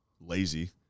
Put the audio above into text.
lazy